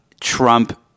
Trump –